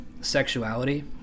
sexuality